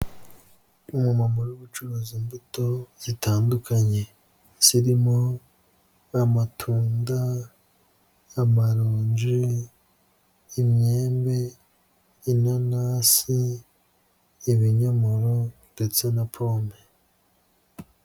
Umumama uri gubucuruzi imbuto zitandukanye zirimo: amatunda, amaronje, imyembe, inanasi, ibinyomoro ndetse na pome.